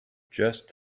just